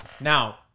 Now